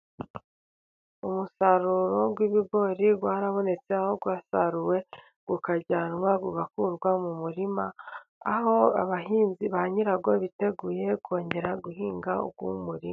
Umusaruro w'ibigori warabonetse， aho wasaruwe，ukajyanwa， ugakurwa mu murima， aho abahinzi ba nyirawo， biteguye kongera guhinga，uyu murima.